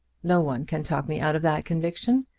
no one can talk me out of that conviction.